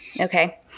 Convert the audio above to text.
Okay